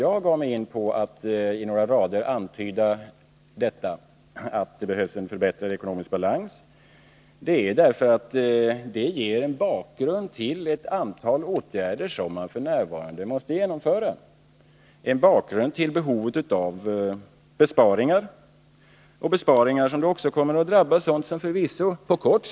Att jag gav mig in på att kort antyda att det behövs en förbättrad ekonomisk balans beror på att det förhållandet ger en bakgrund till ett antal åtgärder som vi f. n. måste genomföra — en bakgrund till behovet av besparingar, som förvisso på kort sikt kan drabba också konsumenterna.